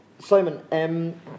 Simon